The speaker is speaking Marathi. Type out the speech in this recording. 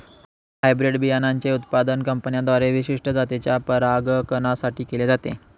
हायब्रीड बियाणांचे उत्पादन कंपन्यांद्वारे विशिष्ट जातीच्या परागकणां साठी केले जाते